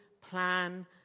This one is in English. plan